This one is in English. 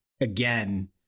again